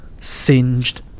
singed